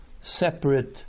separate